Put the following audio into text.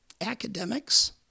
academics